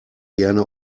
gerne